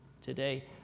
today